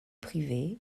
privée